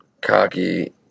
cocky